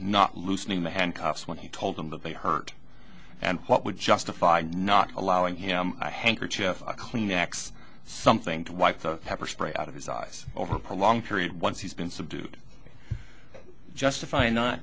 not loosening the handcuffs when he told them what they heard and what would justify not allowing him a handkerchief a kleenex something to wipe the pepper spray out of his eyes over a prolonged period once he's been subdued justify not